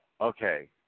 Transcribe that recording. okay